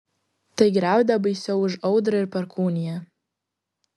tai griaudė baisiau už audrą ir perkūniją